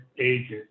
agents